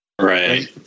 right